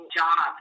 job